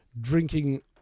drinking